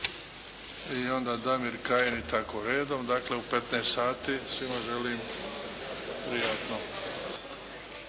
i onda Damir Kajin i tako redom. Dakle u 15 sati. Svima želim prijatno!